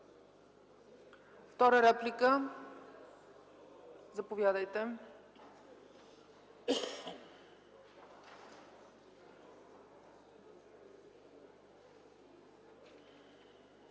Трета реплика? Заповядайте.